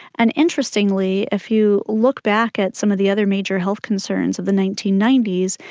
and interestingly if you look back at some of the other major health concerns of the nineteen ninety s,